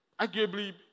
Arguably